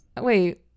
wait